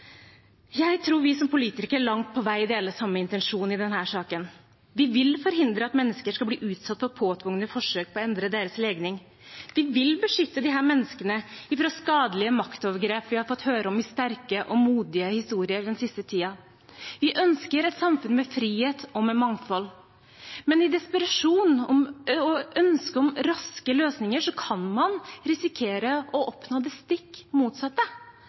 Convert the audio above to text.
Jeg tror vi som politikere langt på vei deler samme intensjon i denne saken. Vi vil forhindre at mennesker skal bli utsatt for påtvungne forsøk på å endre deres legning. Vi vil beskytte disse menneskene fra skadelige maktovergrep vi har fått høre om i sterke og modige historier den siste tiden. Vi ønsker et samfunn med frihet og med mangfold. Men i desperasjon og ønsket om raske løsninger kan man risikere å oppnå det stikk motsatte,